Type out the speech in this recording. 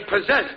possessed